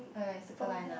Circle Line ah